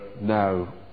now